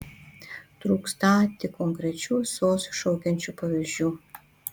trūkstą tik konkrečių sos šaukiančių pavyzdžių